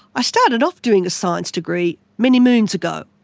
i started off doing a science degree many moons ago,